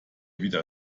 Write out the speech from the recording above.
wieder